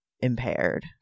impaired